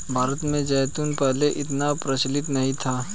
भारत में जैतून पहले इतना प्रचलित नहीं था